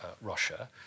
Russia